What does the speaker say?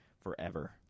forever